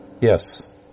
Yes